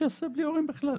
שיעשה בלי הורים בכלל.